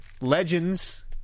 legends